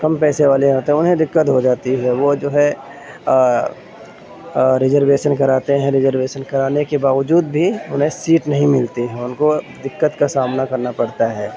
کم پیسے والے ہوتے انہیں دقت ہو جاتی ہے وہ جو ہے ریزرویشن کراتے ہیں ریزرویشن کرانے کے باوجود بھی انہیں سیٹ نہیں ملتی ہے ان کو دقت کا سامنا کرنا پڑتا ہے